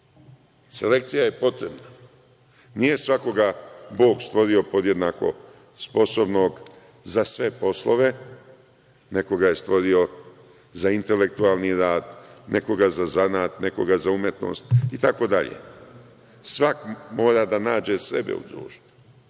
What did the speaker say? omladine. Selekcija je potrebna, nije svakoga bog stvorio jednako sposobnog za sve poslove. Nekoga je stvorio za intelektualni rad, nekoga za zanat, nekoga za umetnost itd. Svako mora da nađe sebe u društvu,